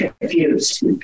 confused